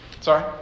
sorry